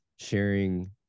sharing